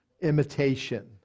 imitation